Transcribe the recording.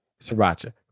sriracha